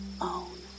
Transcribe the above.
own